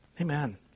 Amen